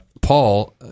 Paul